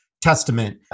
Testament